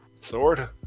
sword